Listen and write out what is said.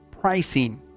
pricing